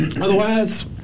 otherwise